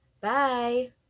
Bye